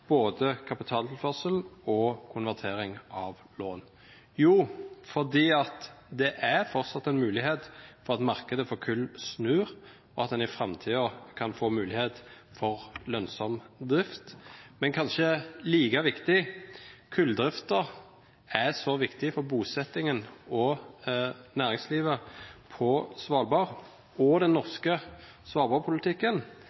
både kapitaltilførsel og konvertering av lån? Jo, fordi det er fortsatt en mulighet for at markedet for kull snur og at en i framtiden kan få lønnsom drift. Men kanskje like viktig: Kulldriften er så viktig for bosettingen og næringslivet på Svalbard, og for den